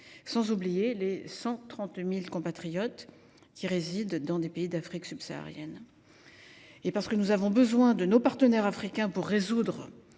sans oublier nos 130 000 compatriotes qui résident dans des pays d’Afrique subsaharienne. Parce que nous avons besoin de nos partenaires africains pour résoudre